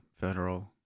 Federal